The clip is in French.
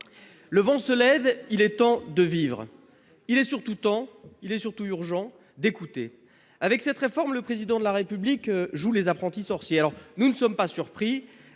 le vent se lève, il est temps de vivre, mais il est surtout urgent d'écouter ! Avec cette réforme, le Président de la République joue les apprentis sorciers. Au reste, nous ne sommes pas surpris